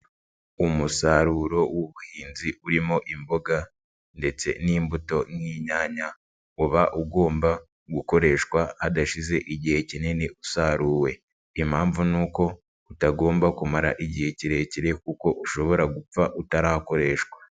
Umusaruro w'ubuhinzi urimo imboga ndetse n'imbuto n'inyanya, uba ugomba gukoreshwa hadashize igihe kinini usaruwe. Impamvu ni uko utagomba kumara igihe kirekire kuko ushobora gupfa utarakoreshwa.